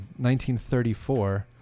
1934